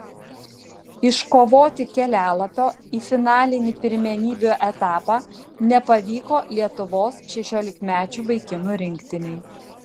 iškovoti kelialapio į finalinį pirmenybių etapą nepavyko lietuvos šešiolikmečių vaikinų rinktinei